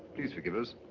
please forgive us.